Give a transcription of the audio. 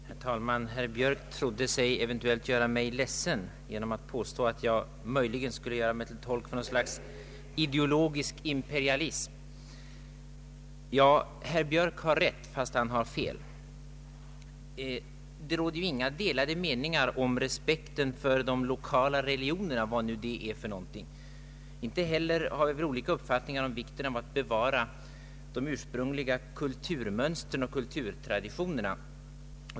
Herr talman! Herr Björk trodde sig göra mig ledsen genom att påstå att jag möjligen skulle göra mig till tolk för något slags ideologisk imperialism. Herr Björk har rätt, fast han har fel. Det råder inga delade meningar om respekten för de ”lokala religionerna” — vad nu det är för någonting. Inte heller har vi olika uppfattningar om vikten av att bevara de ursprungliga kulturmönstren och kulturtraditionerna.